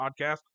podcast